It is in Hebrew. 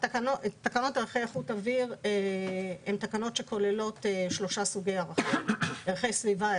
תקנות ערכי איכות אוויר הן תקנות שכוללות שלושה סוגי ערכים: ערכי סביבה,